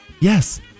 Yes